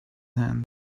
hand